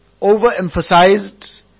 overemphasized